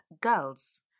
girls